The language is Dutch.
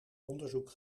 onderzoek